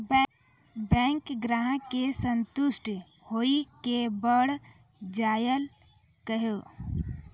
Bank ग्राहक के संतुष्ट होयिल के बढ़ जायल कहो?